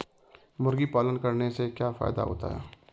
मुर्गी पालन करने से क्या फायदा होता है?